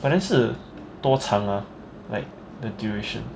本来是多长 ah like the duration